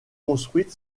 construite